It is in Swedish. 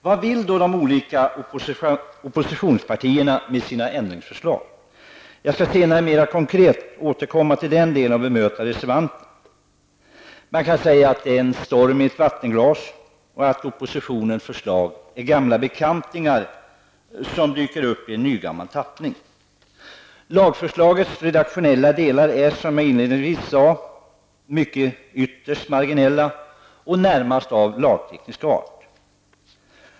Vad vill då de olika oppositionspartierna med sina förslag? Jag skall senare mera konkret återkomma till den delen och bemöta reservanterna. Man kan säga att det är en storm i ett vattenglas och att propositionens förslag är gamla bekantingar som dyker upp i en nygammal tappning. Lagförslagets redaktionella delar är som jag inledningsvis sade ytterst marginella och närmast av lagteknisk art.